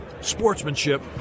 sportsmanship